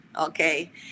okay